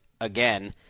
again